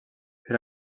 per